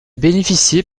bénéficiait